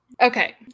Okay